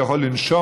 הוא יכול לנשום,